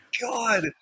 God